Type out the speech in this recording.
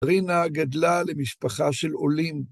רינה גדלה למשפחה של עולים.